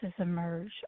emerge